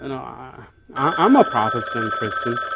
and ah i'm a protestant christian.